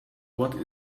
what